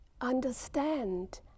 understand